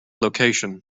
location